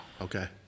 Okay